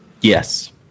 Yes